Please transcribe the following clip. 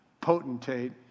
potentate